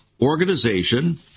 organization